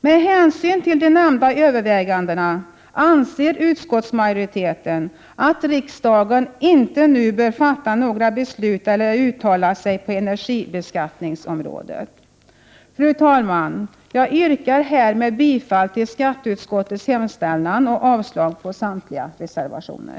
Med hänsyn till de nämnda övervägandena anser utskottsmajoriteten att riksdagen inte nu bör fatta något beslut eller uttala sig på energibeskattningsområdet. Fru talman! Jag yrkar härmed bifall till skatteutskottets hemställan och avslag på samtliga reservationer.